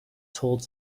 told